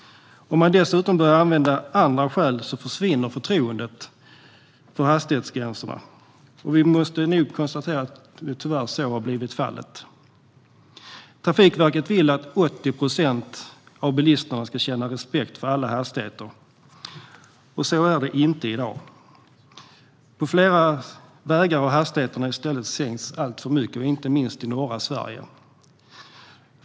Om man dessutom börjar använda andra skäl försvinner förtroendet för hastighetsgränserna. Vi måste nog konstatera att detta tyvärr blivit fallet. Trafikverket vill att 80 procent av bilisterna ska känna respekt för alla hastighetsgränser. Så är det inte i dag. På flera vägar har hastigheterna sänkts alltför mycket, inte minst i norra Sverige.